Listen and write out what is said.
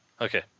Okay